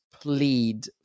plead